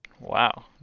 Wow